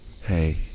hey